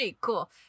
Cool